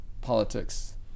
politics